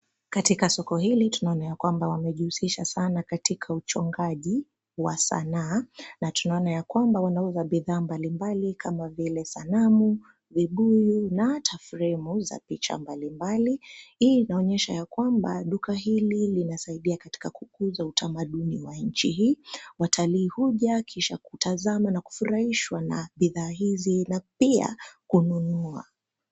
Katika soko hili tunaona ya kwamba wamejihusisha sana katika uchongaji wa sanaa na tunaona ya kwamba wanauza bidhaa mbalimbali kama vile: sanamu, vibuyu na hata fremu za picha mbalimbali. Hii inaonyesha ya kwamba duka hili linasaidia katika kukuza utamaduni wa nchi hii. Watalii huja, kisha kutazama na kufurahishwa na bidhaa hizi na pia kununua.